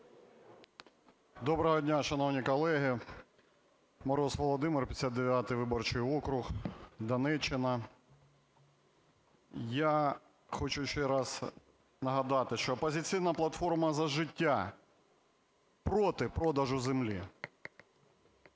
Доброго дня, шановні колеги! Мороз Володимир, 59 виборчий округ, Донеччина. Я хочу ще раз нагадати, що "Опозиційна платформа - За життя" проти продажу землі.